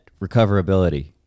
recoverability